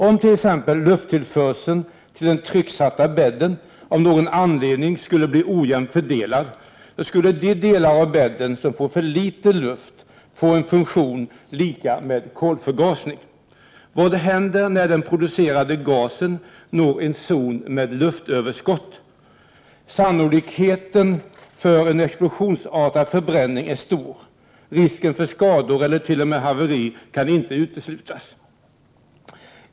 Om t.ex. lufttillförseln till den trycksatta bädden av någon anledning skulle bli ojämnt fördelad, skulle de delar av bädden som får för litet luft få en funktion lika med kolförgasning. Vad händer när den producerade gasen når en zon med luftöverskott? Sannolikheten för en explosionsartad förbränning är stor. Risken för skador eller t.o.m. haveri kan inte uteslutas.